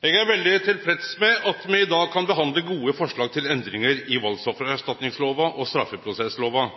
Eg er veldig tilfreds med at me i dag kan behandle gode forslag til endringar i valdsoffererstatningslova og straffeprosesslova.